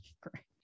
great